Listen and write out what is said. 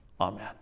Amen